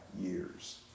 years